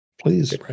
Please